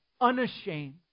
unashamed